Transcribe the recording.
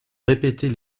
répétait